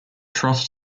trust